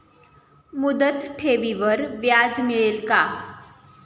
मुदत ठेवीवर व्याज मिळेल का?